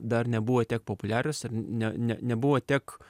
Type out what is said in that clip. dar nebuvo tiek populiarius ir ne ne nebuvo tiek